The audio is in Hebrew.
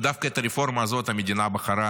ודווקא את הרפורמה הזאת המדינה בחרה